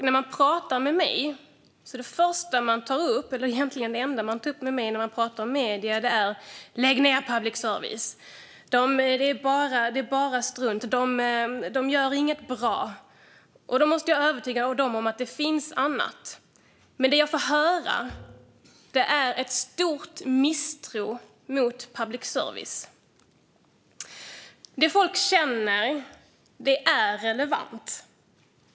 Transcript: När man pratar med mig om medier är det första man säger, eller egentligen det enda man säger: Lägg ned public service - det är bara strunt, och de gör inget bra! Och då måste jag övertyga dem om att det finns annat. Men det jag får höra är en stor misstro mot public service. Det folk känner är relevant.